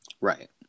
Right